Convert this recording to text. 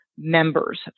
Members